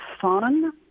fun